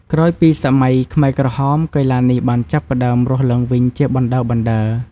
ក្រោយពីសម័យខ្មែរក្រហម កីឡានេះបានចាប់ផ្តើមរស់ឡើងវិញជាបណ្តើរៗ។